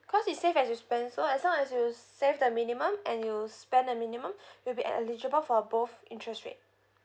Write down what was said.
cause it's save as you spend so as long as you save the minimum and you spend the minimum you'll be eligible for both interest rate